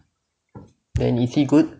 and is he good